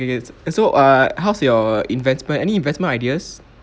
okay okay and so err how's your investment any investment ideas